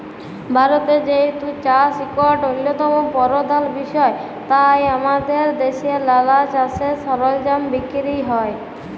ভারতে যেহেতু চাষ ইকট অল্যতম পরধাল বিষয় তাই আমাদের দ্যাশে লালা চাষের সরলজাম বিক্কিরি হ্যয়